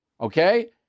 Okay